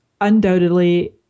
undoubtedly